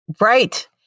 right